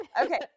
Okay